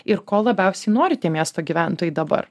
ir ko labiausiai nori tie miesto gyventojai dabar